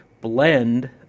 blend